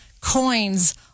coins